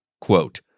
Quote